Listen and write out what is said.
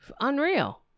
Unreal